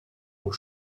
aux